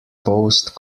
post